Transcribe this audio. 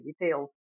details